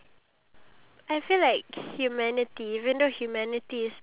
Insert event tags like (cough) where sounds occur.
oh I gave my nicknames to my damn self (laughs)